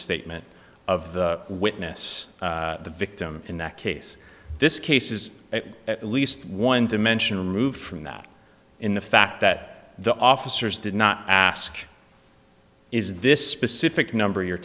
statement of the witness the victim in that case this case is at least one dimensional moved from that in the fact that the officers did not ask is this specific number your